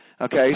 Okay